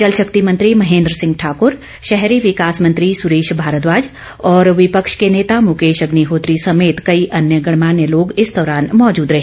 जलशक्ति मंत्री महेन्द्र सिंह ठाकूर शहरी विकास मंत्री सुरेश भारद्वाज और विपक्ष के नेता मुकेश अग्निहोत्री समेत कई अन्य गणमान्य लोग इस दौरान मौजूद रहे